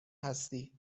هستی